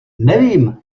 nevím